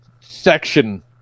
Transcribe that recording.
section